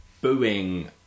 booing